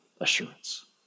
Assurance